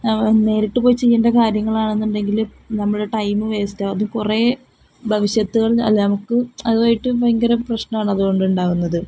നേരിട്ടു പോയി ചെയ്യേണ്ട കാര്യങ്ങളാണെന്നുണ്ടെങ്കില് നമ്മുടെ ടൈം വേസ്റ്റാകും അതു കുറേ ഭവിഷ്യത്തുകൾ അല്ല നമുക്ക് അതുമായിട്ടു ഭയങ്കര പ്രശ്നമാണ് അതുകൊണ്ടുണ്ടാവുന്നത്